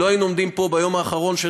לא היינו עומדים פה ביום האחרון של